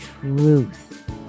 truth